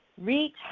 Reach